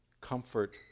Comfort